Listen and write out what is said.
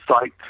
site